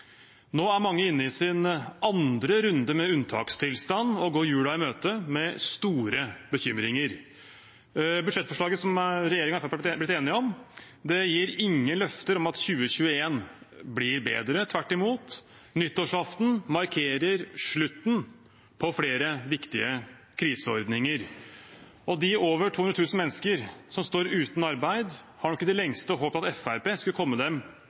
Nå er mange inne i sin andre runde med unntakstilstand og går julen i møte med store bekymringer. Budsjettforslaget som regjeringen og Fremskrittspartiet har blitt enige om, gir ingen løfter om at 2021 blir bedre, tvert imot markerer nyttårsaften slutten på flere viktige kriseordninger. De over 200 000 menneskene som står uten arbeid, har nok i det lengste håpet at Fremskrittspartiet skulle komme dem